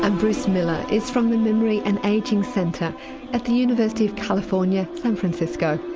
ah bruce miller is from the memory and ageing centre at the university of california, san francisco.